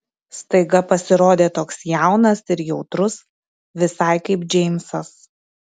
staiga pasirodė toks jaunas ir jautrus visai kaip džeimsas